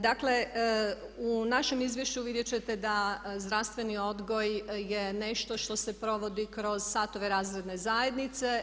Dakle, u našem izvješću vidjet ćete da zdravstveni odgoj je nešto što se provodi kroz satove razredne zajednice.